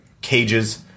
cages